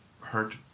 hurt